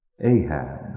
Ahab